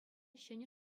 ҫӗнӗ